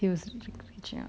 he was